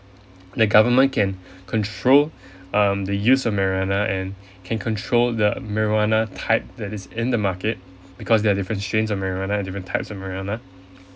the government can control um the use of marijuana and can control the marijuana type that is in the market because there are different strains of marijuana and different types of marijuana